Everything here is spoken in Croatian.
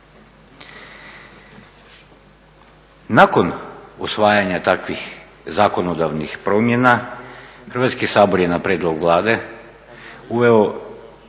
Nakon usvajanja takvih zakonodavnih promjena Hrvatski sabor je na prijedlog Vlade uveo